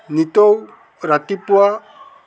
নিতৌ ৰাতিপুৱা